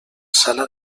sala